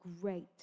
great